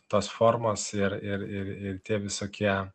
tos formos ir ir ir ir tie visokie